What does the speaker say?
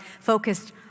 focused